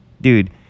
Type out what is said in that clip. Dude